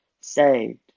saved